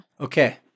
Okay